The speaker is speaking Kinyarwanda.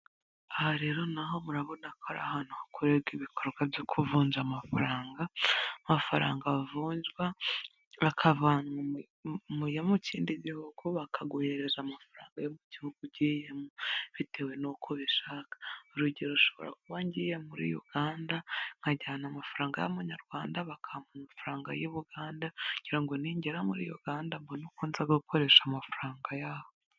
Aha rero na ho, murabona ko ari ahantu hakorerwa ibikorwa byo kuvunja amafaranga. Amafaranga avunjwa akavanwa muyo mu kindi gihugu bakaguhereza amafaranga yo mu gihugu ugiyemo bitewe n'uko ubishaka. Urugero, nshobora kuba ngiye muri Uganda nkajyana amafaranga y'amanyarwanda bakampa amafaranga y' i Buganda kugira ngo ningera muri Uganda mbone uko nza gukoresha amafaranga yaho.